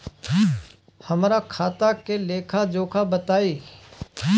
हमरा खाता के लेखा जोखा बताई?